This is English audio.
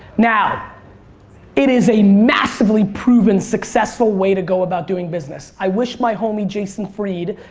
now it is a massively proven successful way to go about doing business. i wish my homie jason fried,